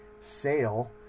sale